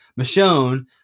michonne